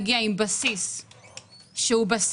אנחנו הבנו שאם לא נגיע עם בסיס שהוא בסיס